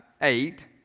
eight